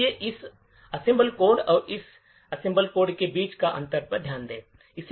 इसलिए इस assembly code और इस असेंबली कोड के बीच अंतर पर ध्यान दें